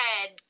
head